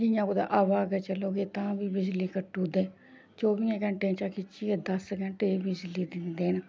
जियां कुदै हवा गै चलोग ते तां बी बिजली कट्टू ओड़दे चौबियें घैंटे चा खिच्चियै दस घैंटे बिजली दिंदे न